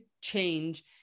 change